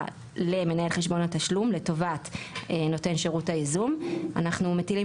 למנהל חשבון התשלום לטובת נותן שירות הייזום אנחנו מטילים